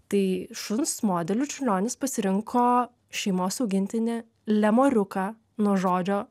tai šuns modeliu čiurlionis pasirinko šeimos augintinį lemoriuką nuo žodžio